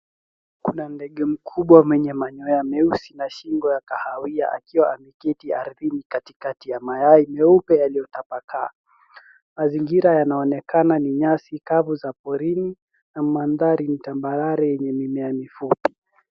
Kuna ndege mkubwa mwenye manyoya meusi na shingo ya kahawia akiwa ameketi ardhini katikati ya mayai meupe yaliyotapakaa. Mazingira yanaonekana ni nyasi kavu za porini na mandhari tambarare yenye mimea mifupi.